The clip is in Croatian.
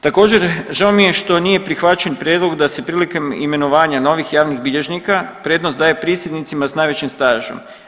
Također žao mi je što nije prihvaćen prijedlog da se prilikom imenovanja novih javnih bilježnika prednost daje prisjednicima s najvećim stažom.